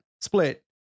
split